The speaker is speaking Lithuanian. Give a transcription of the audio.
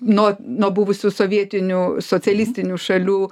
nuo nuo buvusių sovietinių socialistinių šalių